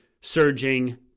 surging